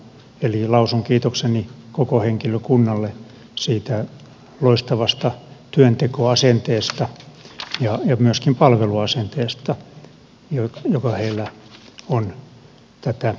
eli lausun kiitokseni koko henkilökunnalle siitä loistavasta työntekoasenteesta ja myöskin palveluasenteesta joka heillä on tätä eduskuntaa ja sen kansanedustajia kohtaan